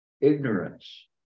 ignorance